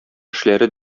эшләре